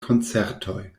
koncertoj